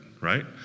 right